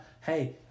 Hey